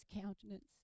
countenance